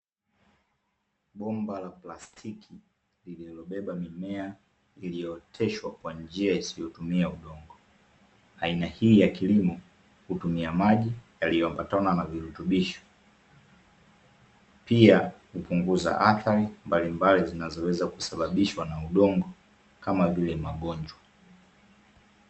Bomba la plastiki, lililobeba mimea iliyooteshwa kwa njia isiyotumia udongo. Aina hii ya kilimo hutumia maji yaliyoambatana na virutubisho. Pia hupunguza athari mbalimbali zinazoweza kusababishwa na udongo kama vile magonjwa.